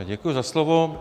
Děkuji za slovo.